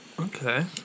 Okay